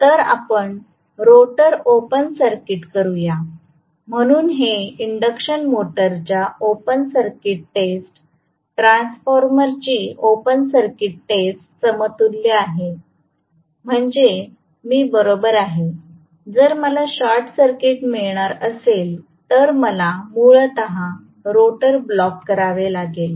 तर आपण rotor open circuit करूया म्हणून हे इंडक्शन मोटरच्या ओपन सर्किट टेस्ट ट्रान्सफॉर्मरची ओपन सर्किट टेस्ट समतुल्य आहे म्हणजे मी बरोबर आहे जर मला शॉर्ट सर्किट मिळणार असेल तर मला मूलत रोटर ब्लॉक करावे लागेल